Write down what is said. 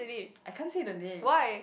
I can't see the name